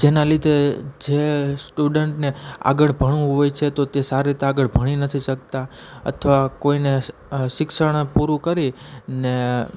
જેના લીધે જે સ્ટુડન્ટને આગળ ભણવું હોય છે તો તે સારી રીતે આગળ ભણી નથી શકતા અથવા કોઈને શિક્ષણ પૂરું કરી ને